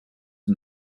and